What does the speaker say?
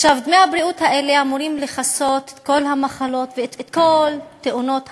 דמי הבריאות האלה אמורים לכסות את כל המחלות ואת כל תאונות העבודה.